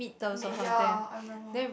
mid ya I remember